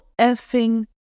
effing